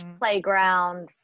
playground